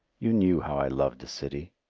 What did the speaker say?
you knew how i loved a city.